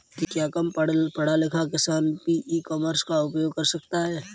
क्या कम पढ़ा लिखा किसान भी ई कॉमर्स का उपयोग कर सकता है?